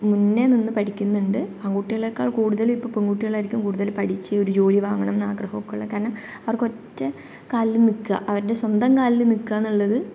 മുന്നേ നിന്ന് പഠിക്കുന്നുണ്ട് ആൺകുട്ടികളേക്കാൾ കൂടുതലിപ്പോൾ പെൺകുട്ടികളായിരിക്കും കൂടുതൽ പഠിച്ച് ഒരു ജോലി വാങ്ങണം എന്ന് ആഗ്രഹം ഒക്കെ ഉള്ളത് കാരണം അവർക്ക് ഒറ്റ കാലിൽ നിൽക്കുക അവരുടെ സ്വന്തം കാലിൽ നിൽക്കുക് എന്നുള്ളത്